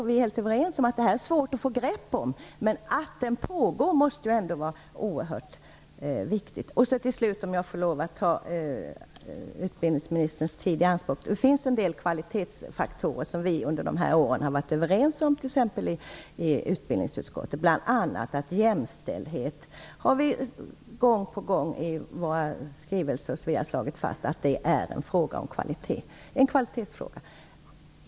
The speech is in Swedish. Vi är helt överens om att det är svårt att få grepp om detta. Men att processen pågår är ändå oerhört viktigt. Om jag får lov att ta utbildningsministerns tid i anspråk vill jag till sist säga att det finns en del kvalitetsfaktorer som vi under dessa år har varit överens om i t.ex. utbildningsutskottet. Vi har bl.a. gång på gång i våra skrivelser slagit fast att jämställdhet är en fråga om kvalitet.